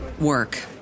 work